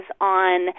on